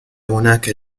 هناك